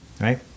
right